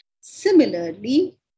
Similarly